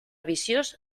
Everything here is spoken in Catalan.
viciós